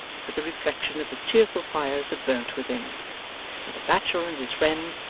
with the reflection of the cheerful fires that burnt within and the bachelor and his friend,